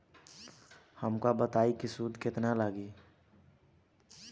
हमका बताई कि सूद केतना लागी?